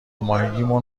ماهگیمون